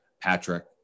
Patrick